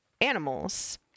animals